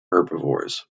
herbivores